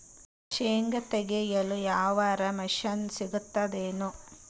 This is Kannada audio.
ಶೇಂಗಾ ತೆಗೆಯಲು ಯಾವರ ಮಷಿನ್ ಸಿಗತೆದೇನು?